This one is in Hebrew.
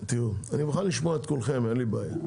תראו, אני מוכן לשמוע את כולכם, אין לי בעיה.